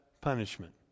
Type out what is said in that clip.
punishment